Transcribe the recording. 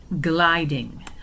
gliding